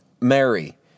Mary